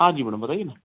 हाँ जी मैडम बताइए ना